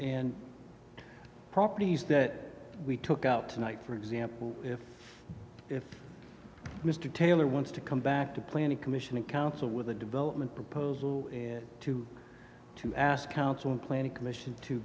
and properties that we took out tonight for example if mr taylor wants to come back to plan a commission and council with a development proposal to to ask council and planning commission to